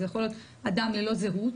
זה יכול להיות אדם ללא זהות,